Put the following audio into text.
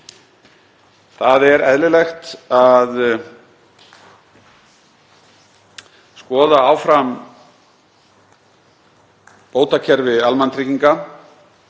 Það er eðlilegt að skoða áfram bótakerfi almannatrygginga.